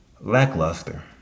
lackluster